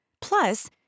Plus